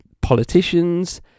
politicians